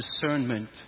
discernment